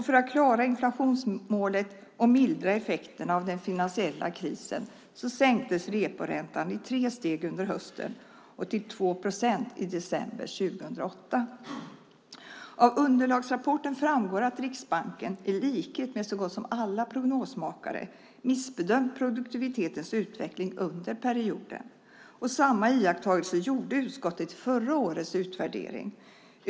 För att klara inflationsmålet och mildra effekterna av den finansiella krisen sänktes reporäntan i tre steg under hösten till 2 procent i december 2008. Av underlagsrapporten framgår att Riksbanken, i likhet med så gott som alla prognosmakare, missbedömt produktivitetens utveckling under perioden. Samma iakttagelse gjorde utskottet i förra årets utvärdering.